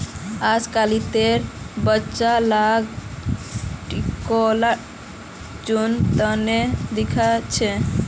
अजकालितेर बच्चा लाक टिकोला चुन त नी दख छि